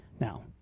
Now